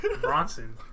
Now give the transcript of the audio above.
Bronson